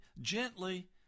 gently